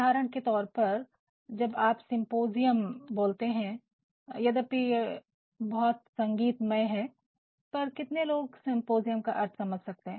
उदहारण के तौर पर जब आप सिम्पोजियम बोलते है यदीपि ये शब्द बहुत संगीतमय है पर कितने लोग सिम्पोजियम का अर्थ समझ सकते है